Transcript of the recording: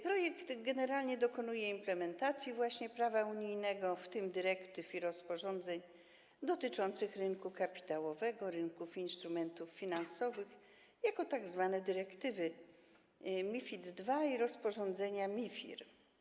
Projekt generalnie dokonuje implementacji prawa unijnego, w tym dyrektyw i rozporządzeń dotyczących rynku kapitałowego, rynków instrumentów finansowych jako tzw. dyrektywy MiFID II i rozporządzenia MIFIR.